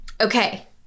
Okay